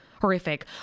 Horrific